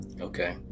Okay